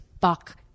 fuck